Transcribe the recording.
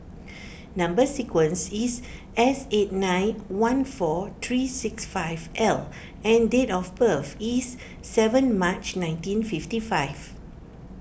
Number Sequence is S eight nine one four three six five L and date of birth is seven March nineteen fifty five